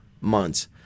months